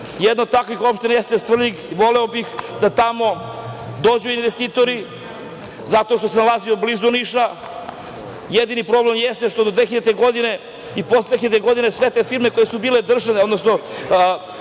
od takvih opština jeste Svrljig i voleo bih da tamo dođu investitori zato što se nalazi blizu Niša. Jedni problem jeste što do 2000. godine i posle 2000. godine, sve te firme koje su bile državne, odnosno